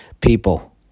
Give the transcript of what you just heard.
people